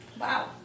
Wow